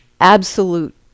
absolute